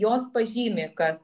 jos pažymi kad